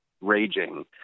raging